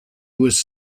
was